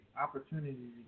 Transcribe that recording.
opportunities